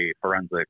forensic